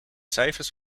cijfers